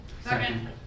Second